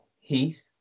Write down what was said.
Heath